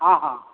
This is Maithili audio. हॅं हॅं